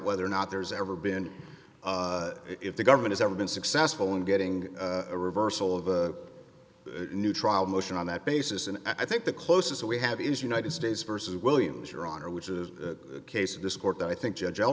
whether or not there's ever been if the government has ever been successful in getting a reversal of a new trial motion on that basis and i think the closest we have is united states versus williams your honor which is the case of this court that i think j